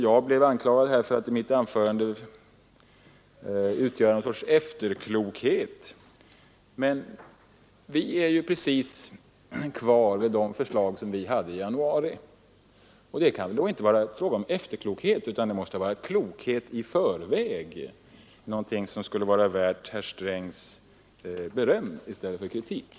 Jag blev anklagad för att i mitt anförande ge uttryck för efterklokhet. Men vi står ju fast vid de förslag som vi lade fram i januari. Det kan väl då inte vara fråga om efterklokhet, utan det måste snarare vara klokhet i förväg — någonting som herr Sträng borde berömma i stället för kritisera.